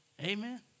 Amen